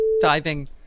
diving